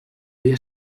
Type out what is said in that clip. havia